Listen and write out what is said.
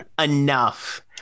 enough